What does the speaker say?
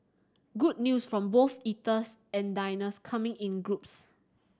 good news from both eaters and diners coming in groups